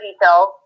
details